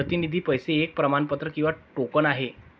प्रतिनिधी पैसे एक प्रमाणपत्र किंवा टोकन आहे